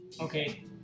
okay